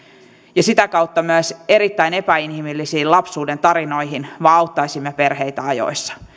ja sitä kautta myös erittäin epäinhimillisiin lapsuudentarinoihin vaan auttaisimme perheitä ajoissa